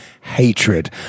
hatred